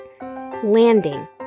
landing